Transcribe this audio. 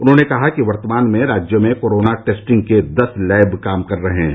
उन्होंने कहा कि वर्तमान में राज्य में कोरोना टेस्टिंग के दस लैब काम कर रहे हैं